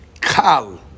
Kal